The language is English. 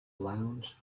lounge